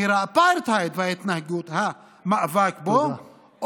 מחיר האפרטהייד והמאבק בו,